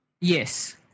yes